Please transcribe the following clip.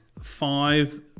five